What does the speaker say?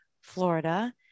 Florida